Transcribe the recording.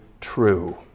true